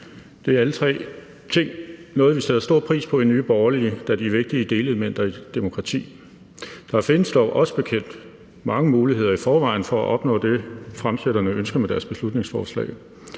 politik. Alle tre ting er noget, vi sætter stor pris på i Nye Borgerlige, da de er vigtige delelementer i et demokrati. Der findes dog os bekendt mange muligheder i forvejen for at opnå det, forslagsstillerne ønsker med deres beslutningsforslag.